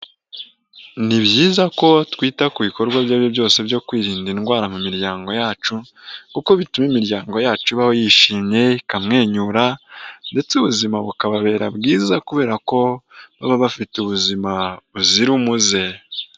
Ni byiza ko twita ku bikorwa byaribyo byose byo kwirinda indwara mu miryango yacu, kuko bituma imiryango yacu ibaho yishimye ikamwenyura ndetse ubuzima bukababera bwiza kubera ko baba bafite ubuzima buzira umuze.